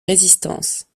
résistance